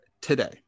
today